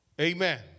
Amen